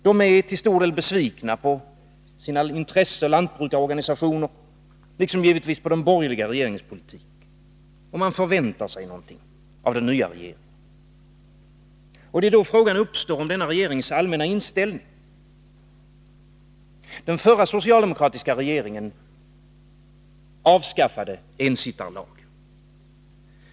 De är till stor del besvikna på sina intresseorganisationer inom lantbruket liksom på den borgerliga regeringens politik, och man förväntar sig någonting av den nya regeringen. Det är då frågan uppstår om denna regerings allmänna inställning. Den förra socialdemokratiska regeringen avskaffade ensittarlagen.